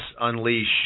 unleash